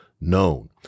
known